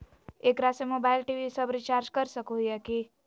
एकरा से mobile TV सब रिचार्ज कर सको हियै की?